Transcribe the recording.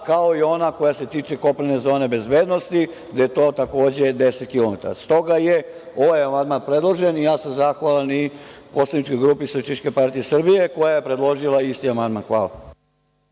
kao i ona koja se tiče kopnene zone bezbednosti gde je takođe 10 km. Stoga je ovaj amandman produžen i ja sam zahvalan i poslaničkoj grupi SPS koja je predložila isti amandman. Hvala.